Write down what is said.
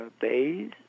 bays